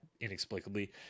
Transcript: inexplicably